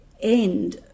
end